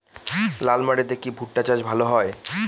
লাল মাটিতে কি ভুট্টা চাষ ভালো হয়?